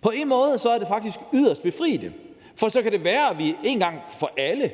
På en måde er det faktisk yderst befriende, for så kan det være, at vi en gang for alle